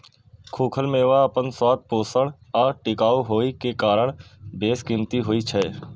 खूखल मेवा अपन स्वाद, पोषण आ टिकाउ होइ के कारण बेशकीमती होइ छै